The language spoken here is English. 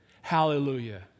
hallelujah